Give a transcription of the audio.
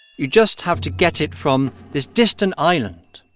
you just have to get it from this distant island.